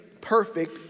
perfect